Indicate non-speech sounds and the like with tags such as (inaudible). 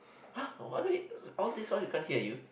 (breath) !huh! what mean all these while we can't hear you